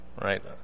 right